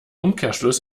umkehrschluss